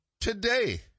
today